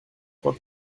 crois